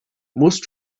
most